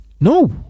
no